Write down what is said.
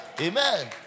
Amen